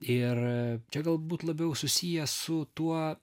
ir čia galbūt labiau susiję su tuo